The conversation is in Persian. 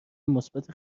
مثبت